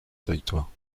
territoire